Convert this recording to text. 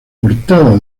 portada